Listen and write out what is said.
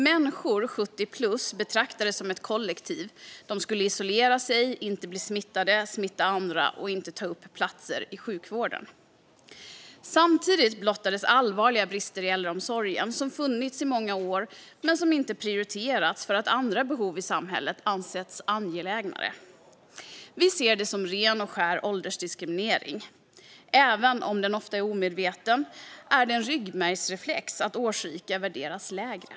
Människor som var 70-plus betraktades som ett kollektiv. De skulle isolera sig, inte bli smittade, inte smitta andra och inte ta upp platser i sjukvården. Samtidigt blottlades allvarliga brister i äldreomsorgen, som funnits i många år men som inte prioriterats för att andra behov i samhället ansetts som angelägnare. Vi ser det som ren och skär åldersdiskriminering. Även om det ofta är omedvetet är det en ryggmärgsreflex att årsrika värderas lägre.